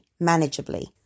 manageably